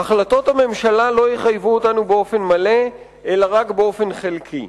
"החלטות הממשלה לא יחייבו אותנו באופן מלא אלא רק באופן חלקי.